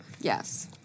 Yes